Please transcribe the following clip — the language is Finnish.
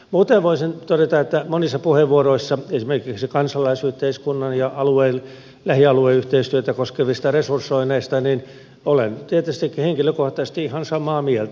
muuten voisin todeta että monista puheenvuoroista esimerkiksi kansalaisyhteiskuntaa ja lähialueyhteistyötä koskevista resursoinneista olen tietystikin henkilökohtaisesti ihan samaa mieltä